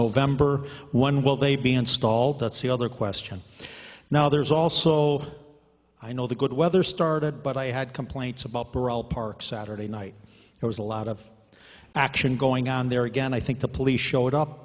november one will they be installed that's the other question now there is also i know the good weather started but i had complaints about daryl parks saturday night there was a lot of action going on there again i think the police showed up